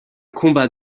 combat